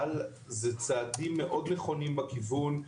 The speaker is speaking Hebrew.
אבל זה צעדים מאוד נכונים בכיוון.